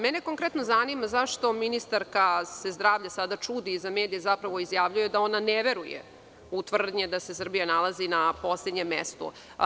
Mene konkretno zanima zašto se ministarka zdravlja sada čudi i za medije izjavljuje da ona ne veruje u tvrdnje da se Srbija nalazi na poslednjem mestu?